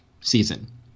season